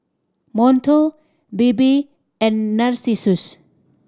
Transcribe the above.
Monto Bebe and Narcissus